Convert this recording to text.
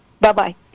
Bye-bye